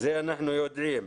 זה אנחנו יודעים.